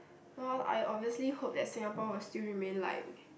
well I obviously hope that Singapore will still remain like